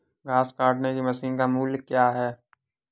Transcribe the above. घास काटने की मशीन का मूल्य क्या है?